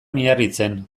miarritzen